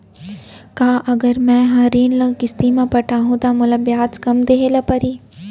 का अगर मैं हा ऋण ल किस्ती म पटाहूँ त मोला ब्याज कम देहे ल परही?